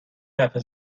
رفع